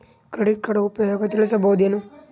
Credit card ಉಪಯೋಗ ತಿಳಸಬಹುದೇನು?